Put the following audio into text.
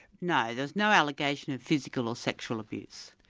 no, there was no allegation of physical or sexual abuse.